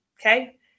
Okay